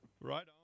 Right